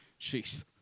Jeez